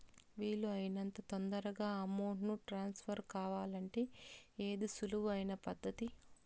వీలు అయినంత తొందరగా అమౌంట్ ను ట్రాన్స్ఫర్ కావాలంటే ఏది సులువు అయిన పద్దతి